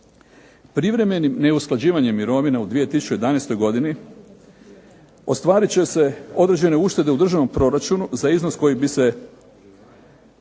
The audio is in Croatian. Privremenim neusklađivanjem mirovina u 2011. godini ostvarit će se određene uštede u državnom proračunu za iznos koji bi se,